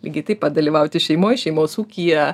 lygiai taip pat dalyvauti šeimoj šeimos ūkyje